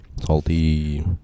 Salty